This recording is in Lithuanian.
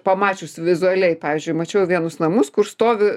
pamačius vizualiai pavyzdžiui mačiau vienus namus kur stovi